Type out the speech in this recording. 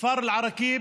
הכפר אל-עראקיב